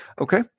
Okay